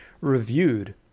reviewed